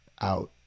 out